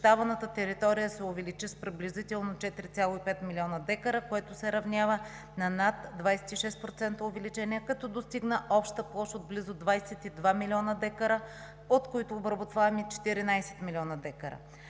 защитаваната територия се увеличи с приблизително 4,5 милиона декара, което се равнява на над 26% увеличение, като достигна обща площ от близо 22 милиона декара, от които обработваеми 14 милиона декара.